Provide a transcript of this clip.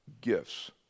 gifts